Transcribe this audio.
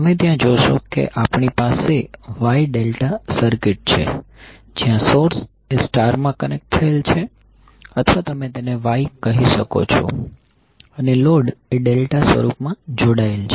તમે ત્યાં જોશો કે આપણી પાસે Y ∆ સર્કિટ છે જ્યાં સોર્સ એ સ્ટાર માં કનેક્ટ થયેલ છે અથવા તમે તેને Y કહી શકો છો અને લોડ એ ડેલ્ટા સ્વરૂપમાં જોડાયેલ છે